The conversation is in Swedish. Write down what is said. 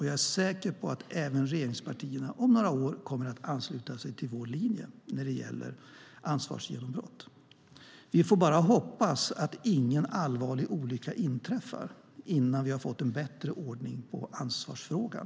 Jag är säker på att även regeringspartierna om några år kommer att ansluta sig till vår linje när det gäller ansvarsgenombrott. Vi får bara hoppas att ingen allvarlig olycka inträffar innan vi har fått en bättre ordning i ansvarsfrågan.